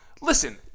Listen